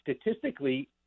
statistically